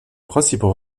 principaux